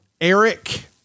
Eric